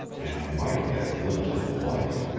and he might get a glimpse of the light,